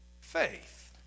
faith